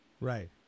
Right